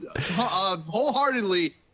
wholeheartedly